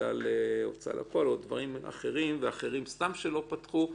בגלל הוצא לפועל וסיבות אחרות וכן כאלו שסתם לא פתחו.